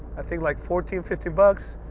i think like fourteen, fifty bucks,